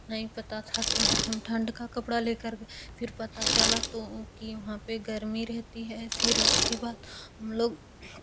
नहीं पता था तो हम ठंड का कपड़ा लेकर फिर पता चला तो कि वहाँ पे गर्मी रहती है फिर उसके बाद हम लोग